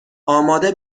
آماده